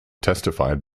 testified